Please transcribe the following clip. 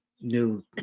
new